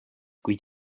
kuid